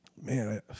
man